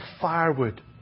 firewood